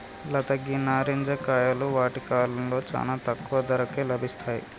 లత గీ నారింజ కాయలు వాటి కాలంలో చానా తక్కువ ధరకే లభిస్తాయి